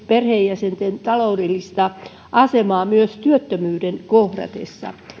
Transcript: perheenjäsenten taloudellista asemaa myös työttömyyden kohdatessa